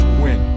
win